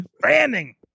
branding